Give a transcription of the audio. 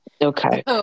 Okay